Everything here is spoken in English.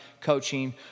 coaching